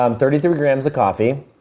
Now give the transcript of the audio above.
um thirty-three grams of coffee,